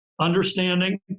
understanding